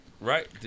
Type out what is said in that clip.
right